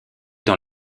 dans